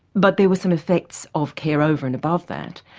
but there were some effects of care over and above that.